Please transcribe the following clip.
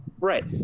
Right